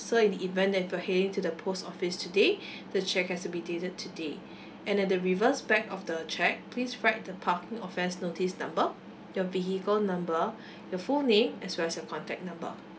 so in the event that if you're heading to the post office today the cheque has to be dated today and at the reverse back of the cheque please write the parking offence notice number your vehicle number your full name as well as your contact number